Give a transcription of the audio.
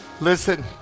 Listen